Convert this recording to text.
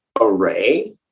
array